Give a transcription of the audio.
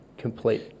complete